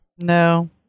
No